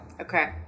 Okay